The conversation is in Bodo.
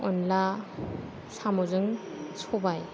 अनला साम'जों सबाइ